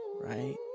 right